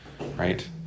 right